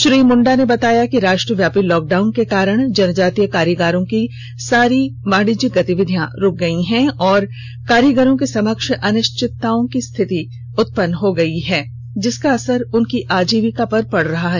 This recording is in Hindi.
श्री मुंडा ने बताया कि राष्ट्रव्यापी लॉक डाउन के कारण जनजातीय कारीगरों की सारी वाणिज्यिक गतिविधियां रूक गयी है और कारीगरों के समक्ष अनिष्वितता की स्थिति उत्पन्न हो गयी है जिसका असर उनकी आजीविका पर पड़ रहा है